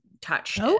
touched